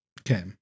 Okay